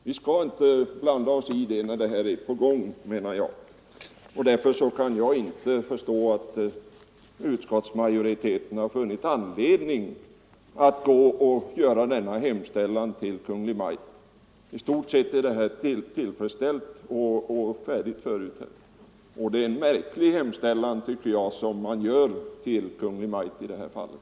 Vi skall inte blanda oss i den här frågan när den redan är på gång. Jag kan alltså inte förstå att utskottsmajoriteten har funnit anledning att göra denna hemställan till Kungl. Maj:t.